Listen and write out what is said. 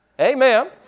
Amen